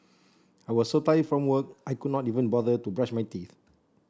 I was so tired from work I could not even bother to brush my teeth